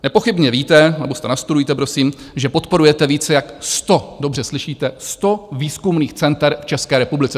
Nepochybně víte, nebo si to nastudujte, prosím, že podporujete více jak 100, dobře slyšíte, 100 výzkumných center v České republice.